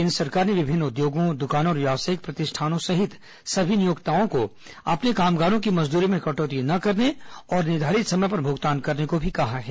केंद्र सरकार ने विभिन्न उद्योगों दुकानों और व्यावसायिक प्रतिष्ठानों सहित सभी नियोक्ताओं को अपने कामगारों की मजदूरी में कटौती न करने और निर्धारित समय पर भूगतान करने को भी कहा है